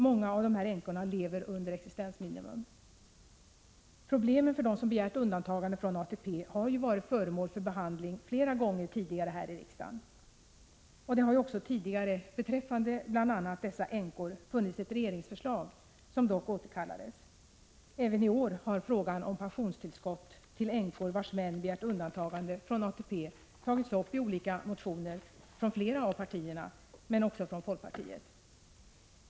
Många av dessa änkor lever under existensminimum. Problemen för dem som begärt undantagande från ATP har varit föremål för behandling flera gånger tidigare här i riksdagen. Det har också tidigare, bl.a. beträffande dessa änkor, funnits ett regeringsförslag, som dock återkallats. Även i år har frågan om pensionstillskott till änkor vars män begärt undantagande från ATP tagits upp i olika motioner från flera av partierna, även från folkpartiet.